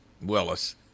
Willis